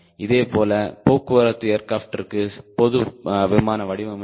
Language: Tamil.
இதேபோல போக்குவரத்து ஏர்கிராப்டிற்கு பொது விமான வடிவமைப்பு